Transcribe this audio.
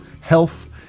health